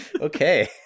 okay